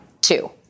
two